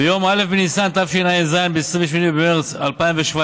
ביום א' בניסן התשע"ז, 28 במרס 2017,